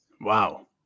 Wow